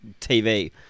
TV